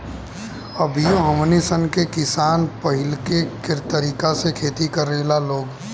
अभियो हमनी सन के किसान पाहिलके तरीका से खेती करेला लोग